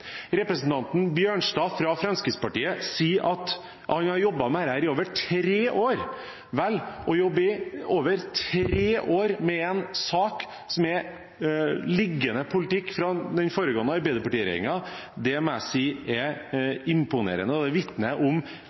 Representanten Bjørnstad fra Fremskrittspartiet sier at han har jobbet med dette i over tre år. Vel, å jobbe i over tre år med en sak som er liggende politikk fra den foregående Arbeiderparti-regjeringen, må jeg si er imponerende, og det vitner om